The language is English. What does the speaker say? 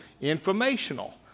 informational